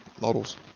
models